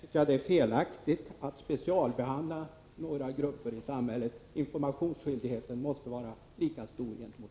Herr talman! Det är principiellt felaktigt att specialbehandla några grupper i samhället. Informationsskyldigheten måste vara lika stor gentemot